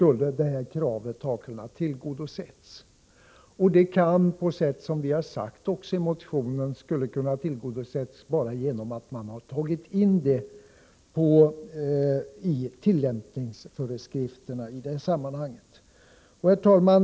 Det skulle, på sätt som vi har angett i motionen, ha kunnat tillgodoses genom att bestämmelser därom hade införts i tillämpningsföreskrifterna. Herr talman!